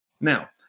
Now